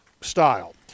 style